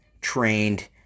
trained